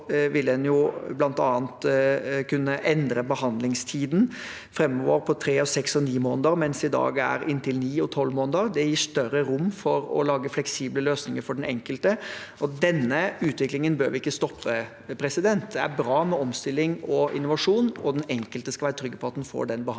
til, vil en bl.a. kunne endre behandlingstiden framover til tre, seks og ni måneder, mens det i dag er inntil ni og tolv måneder. Det gir større rom for å lage fleksible løsninger for den enkelte. Denne utviklingen bør vi ikke stoppe. Det er bra med omstilling og innovasjon, og den enkelte skal være trygg på at man får den behandlingen